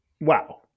Wow